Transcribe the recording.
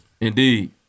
Indeed